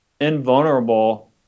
invulnerable